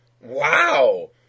Wow